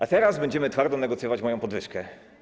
A teraz będziemy twardo negocjować moją podwyżkę.